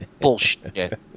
bullshit